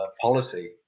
policy